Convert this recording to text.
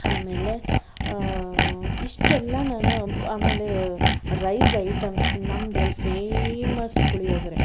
ಆಮೇಲೆ ಇಷ್ಟೆಲ್ಲ ನಾನು ಆಮೇಲೆ ರೈಸ್ ಐಟಮ್ಸ್ ನಮ್ದ್ರಲ್ಲಿ ಫೇಮಸ್ ಪುಳಿಯೋಗರೆ